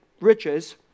riches